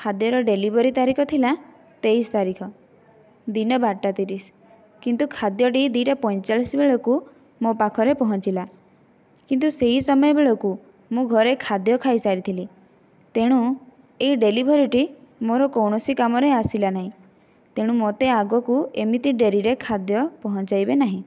ଖାଦ୍ୟର ଡେଲିଭରି ତାରିଖ ଥିଲା ତେଇଶି ତାରିଖ ଦିନ ବାରଟା ତିରିଶ କିନ୍ତୁ ଖାଦ୍ୟ ଦୁଇଟା ପଇଁଚାଳିଶ ବେଳକୁ ମୋ ପାଖରେ ପହଁଞ୍ଚିଲା କିନ୍ତୁ ସେହି ସମୟ ବେଳକୁ ମୁଁ ଘରେ ଖାଦ୍ୟ ଖାଇ ସାରିଥିଲି ତେଣୁ ଏହି ଡେଲିଭରିଟି ମୋର କୌଣସି କାମରେ ଆସିଲା ନାହିଁ ତେଣୁ ମୋତେ ଆଗକୁ ଏମିତି ଡେରିରେ ଖାଦ୍ୟ ପହଞ୍ଚାଇବେ ନାହିଁ